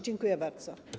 Dziękuję bardzo.